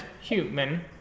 human